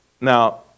now